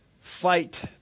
Fight